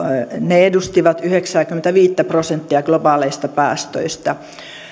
edustivat yhdeksääkymmentäviittä prosenttia globaaleista päästöistä